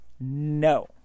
no